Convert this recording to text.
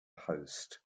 host